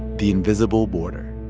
the invisible border